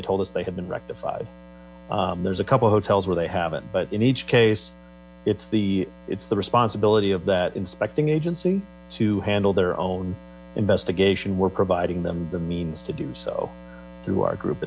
they told us they had been rectified there's a couple of hotels where they haven't but in each case it's the it's the responsibility of that inspecting agency to handle their own investigate and we're providing them the means to do so through our group